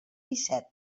disset